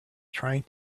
trying